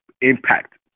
impact